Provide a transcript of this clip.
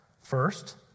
First